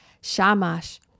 Shamash